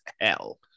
hell